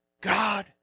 God